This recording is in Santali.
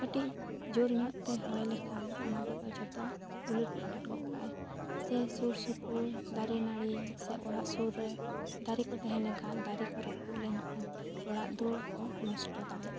ᱠᱟᱹᱴᱤᱡ ᱡᱳᱨ ᱧᱚᱜ ᱛᱮ ᱦᱚᱭ ᱞᱮᱠᱷᱟᱱ ᱚᱱᱟ ᱠᱚᱫᱚ ᱡᱷᱚᱛᱚ ᱩᱞᱟᱹᱴ ᱯᱟᱞᱟᱴ ᱜᱚᱜ ᱠᱟᱜᱼᱟᱭ ᱥᱮ ᱥᱩᱨ ᱥᱩᱯᱩᱨ ᱫᱟᱨᱮ ᱱᱟᱹᱲᱤ ᱥᱮ ᱚᱲᱟᱜ ᱥᱩᱨ ᱨᱮ ᱫᱟᱨᱮ ᱠᱚ ᱨᱟᱹᱯᱩᱫ ᱞᱮᱱᱠᱷᱟᱱ ᱚᱲᱟᱜ ᱫᱩᱣᱟᱹᱨ ᱠᱚ ᱱᱚᱥᱴᱚ ᱫᱟᱲᱮᱭᱟᱜᱼᱟ